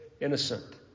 innocent